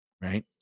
Right